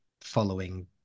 following